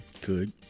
good